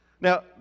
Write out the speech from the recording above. Now